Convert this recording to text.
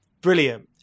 brilliant